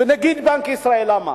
נגיד בנק ישראל אמר.